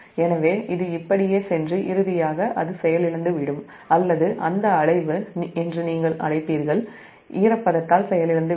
எனவே இது இப்படியே சென்று இறுதியாக அது செயலிழந்துவிடும் அல்லது அந்த அலைவு என்று நீங்கள் அழைப்பீர்கள் அது ஈரப்பதத்தால் செயலிழந்துவிடும்